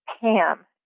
Pam